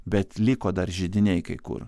bet liko dar židiniai kai kur